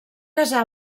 casar